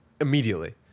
immediately